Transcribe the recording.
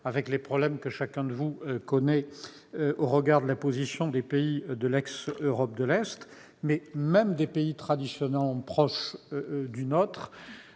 avec les problèmes que chacun de vous connaît quant à la position des pays de l'ex-Europe de l'Est, voire de pays traditionnellement proches du nôtre,